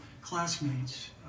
classmates